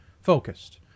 focused